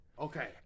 Okay